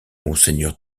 monseigneur